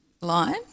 line